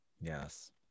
Yes